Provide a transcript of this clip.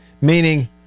Meaning